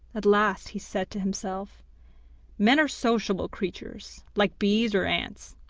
at last he said to himself men are sociable creatures, like bees or ants.